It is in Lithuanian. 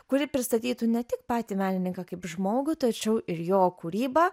kuri pristatytų ne tik patį menininką kaip žmogų tačiau ir jo kūrybą